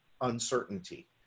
uncertainty